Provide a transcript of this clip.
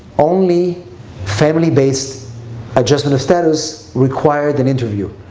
only family-based adjustment of status required an interview.